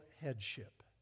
headship